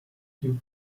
two